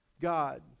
god